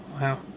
Wow